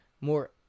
more